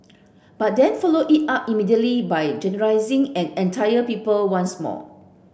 but then followed it up immediately by generalising an entire people once more